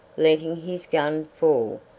letting his gun fall,